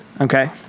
Okay